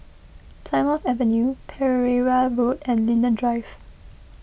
Plymouth Avenue Pereira Road and Linden Drive